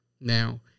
Now